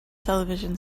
television